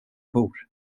bor